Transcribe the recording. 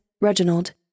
Reginald